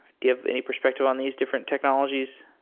do you have any perspective on these different technologies?